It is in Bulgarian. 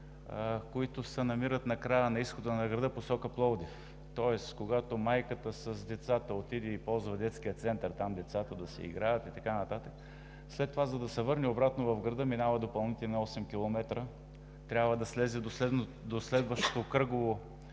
които се намират накрая на изхода на града в посока Пловдив. Тоест, когато майката с децата отиде и ползва детския център, за да си играят децата и така нататък, след това, за да се върне обратно в града, минават допълнително 8 км. Трябва да слезе до следващото кръгово,